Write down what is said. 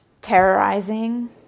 terrorizing